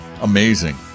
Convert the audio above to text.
Amazing